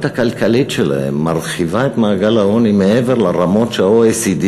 הכלכלית שלהם מרחיבה את מעגל העוני מעבר לרמות שה-OECD